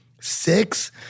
six